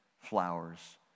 flowers